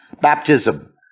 Baptism